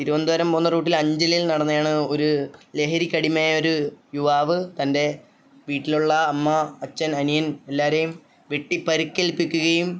തിരുവനന്തപുരം പോകുന്ന റൂട്ടിൽ അഞ്ചലിൽ നടന്നതാണ് ഒരു ലഹരിക്കടിമയായ ഒരു യുവാവ് തൻ്റെ വീട്ടിലുള്ള അമ്മ അച്ഛൻ അനിയൻ എല്ലാവരെയും വെട്ടി പരിക്കേൽപ്പിക്കുകയും